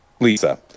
lisa